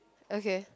okay